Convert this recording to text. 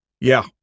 Yeah